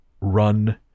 run